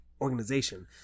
organization